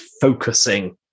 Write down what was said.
focusing